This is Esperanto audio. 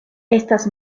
estas